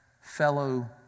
fellow